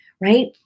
right